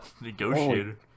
negotiator